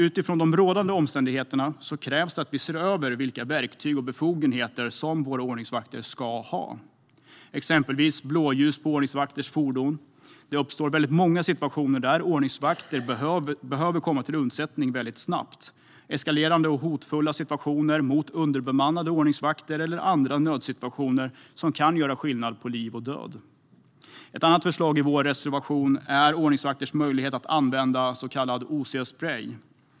Utifrån rådande omständigheter krävs det att vi ser över vilka verktyg och befogenheter våra ordningsvakter ska ha. Ett exempel är blåljus på ordningsvakters fordon. Det uppstår väldigt många situationer där ordningsvakter snabbt behöver komma till undsättning - eskalerande hotfulla situationer mot andra ordningsvakter eller andra nödsituationer där ordningsvakterna kan göra skillnad på liv och död. Ett annat förslag i reservationen handlar om ordningsvakters möjlighet att använda så kallad OC-sprej.